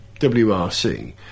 WRC